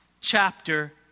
chapter